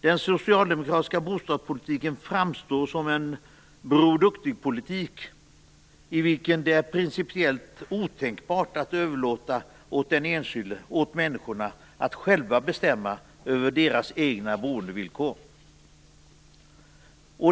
Den socialdemokratiska bostadspolitiken framstår som en brorduktigpolitik, i vilken det är principiellt otänkbart att överlåta åt människorna att själva bestämma över sina egna boendevillkor.